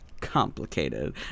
Complicated